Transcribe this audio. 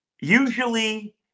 usually